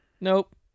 Nope